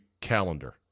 calendar